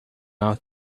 out